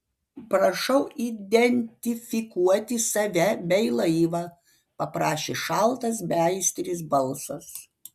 prašau identifikuoti save bei laivą paprašė šaltas beaistris balsas